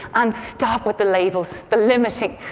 and stop with the labels, the limiting.